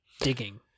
digging